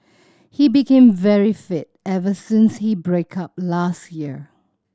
he became very fit ever since he break up last year